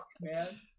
man